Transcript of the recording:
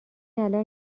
الان